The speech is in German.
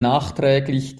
nachträglich